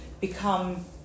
become